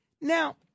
Now